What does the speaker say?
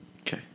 Okay